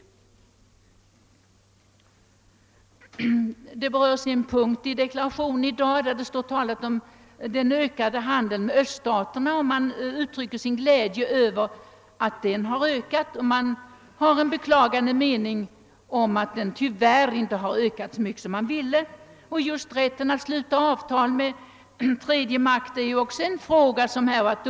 I en punkt i dagens regeringsdeklaration talas det om: den ökade handeln med öststaterna. Man uttrycker sin glädje över att denna har utvidgats och ett beklagande över att den tyvärr icke ökat så mycket som man hade önskat. Rätten att sluta avtal med tredje makt är en fråga som varit föremål för diskussion.